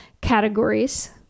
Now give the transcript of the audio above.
categories